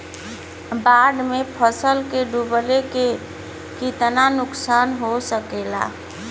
बाढ़ मे फसल के डुबले से कितना नुकसान हो सकेला?